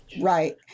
Right